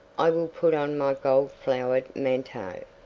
i will put on my gold-flowered manteau,